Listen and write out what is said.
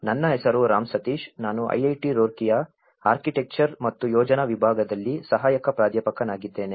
ನನ್ನ ಹೆಸರು ರಾಮ್ ಸತೀಶ್ ನಾನು IIT ರೂರ್ಕಿಯ ಆರ್ಕಿಟೆಕ್ಚರ್ ಮತ್ತು ಯೋಜನಾ ವಿಭಾಗದಲ್ಲಿ ಸಹಾಯಕ ಪ್ರಾಧ್ಯಾಪಕನಾಗಿದ್ದೇನೆ